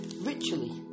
ritually